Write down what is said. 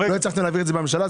הצלחתם להעביר את זה בממשלה?